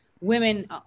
women